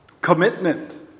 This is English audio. Commitment